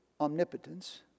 omnipotence